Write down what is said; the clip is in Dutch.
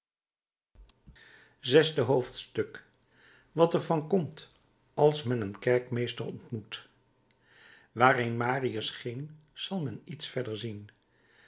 zesde hoofdstuk wat er van komt als men een kerkmeester ontmoet waarheen marius ging zal men iets verder zien